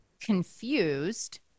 confused